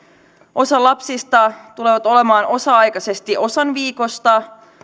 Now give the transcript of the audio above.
osa lapsista tulee olemaan päivähoidossa osa aikaisesti osan viikosta